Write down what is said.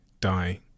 die